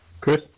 Chris